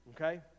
Okay